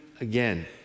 again